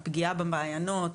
הפגיעה במעיינות,